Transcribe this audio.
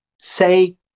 say